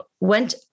went